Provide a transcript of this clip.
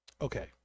okay